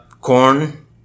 Corn